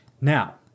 Now